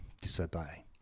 disobey